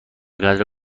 قدر